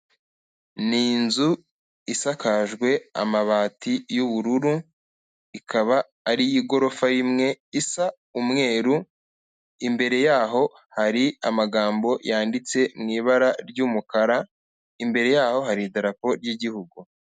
Ni inzu isakajwe amabati y'ubururu, ikaba ari igorofa imwe, isa umweru, imbere yaho, hari amagambo yanditse mu ibara ry'umukara, imbere yaho hari idarapo ry'igihugu.